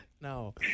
No